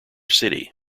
city